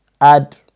add